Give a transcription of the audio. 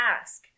ask